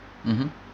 mmhmm